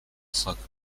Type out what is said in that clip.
soccer